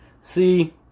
see